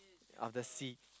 of the sea